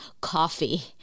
coffee